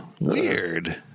weird